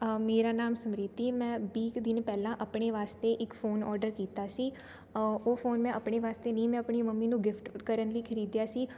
ਮੇਰਾ ਨਾਮ ਸਮਰੀਤੀ ਮੈਂ ਵੀਹ ਕੁ ਦਿਨ ਪਹਿਲਾਂ ਆਪਣੇ ਵਾਸਤੇ ਇੱਕ ਫੋਨ ਔਡਰ ਕੀਤਾ ਸੀ ਉਹ ਫੋਨ ਮੈਂ ਆਪਣੇ ਵਾਸਤੇ ਨਹੀਂ ਮੈਂ ਆਪਣੀ ਮੰਮੀ ਨੂੰ ਗਿਫਟ ਕਰਨ ਲਈ ਖਰੀਦਿਆ ਸੀ